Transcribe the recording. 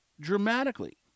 dramatically